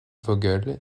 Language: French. vogel